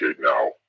now